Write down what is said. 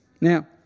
Now